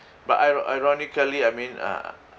but iro~ ironically I mean uh